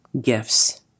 gifts